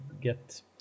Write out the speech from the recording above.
get